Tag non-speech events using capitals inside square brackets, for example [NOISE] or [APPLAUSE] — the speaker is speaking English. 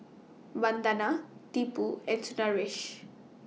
[NOISE] Vandana Tipu and Sundaresh